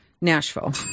Nashville